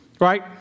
Right